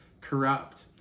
corrupt